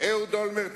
אהוד אולמרט נחקר,